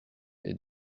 est